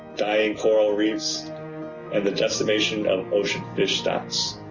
dying coral reefs and the decimation of ocean fish stocks.